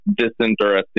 disinteresting